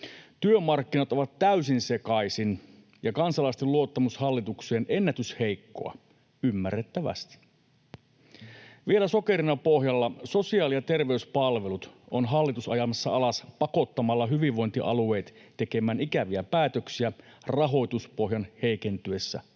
työmarkkinat ovat täysin sekaisin, ja kansalaisten luottamus hallitukseen on ennätysheikkoa — ymmärrettävästi. Vielä sokerina pohjalla hallitus on ajamassa alas sosiaali- ja terveyspalvelut pakottamalla hyvinvointialueet tekemään ikäviä päätöksiä rahoituspohjan heikentyessä